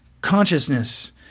consciousness